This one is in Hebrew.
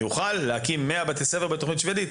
האם אני אוכל להקים 100 בתי ספר בתוכנית שבדית?